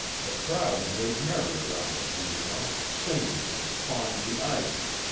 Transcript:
the crowd made merry around the piano, singing and pawing the ivory,